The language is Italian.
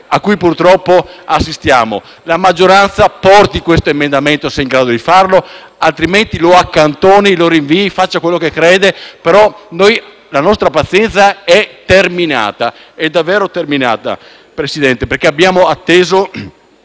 a cui purtroppo assistiamo. La maggioranza porti questo emendamento, se è il caso di farlo, altrimenti lo accantoni o lo rinvii. Faccia quello che crede, ma la nostra pazienza è terminata. È davvero terminata, Presidente, perché abbiamo atteso